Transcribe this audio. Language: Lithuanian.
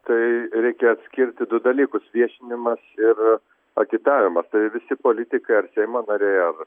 tai reikia atskirti du dalykus viešinimas ir agitavimas tai visi politikai ar seimo nariai ar